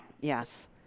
Yes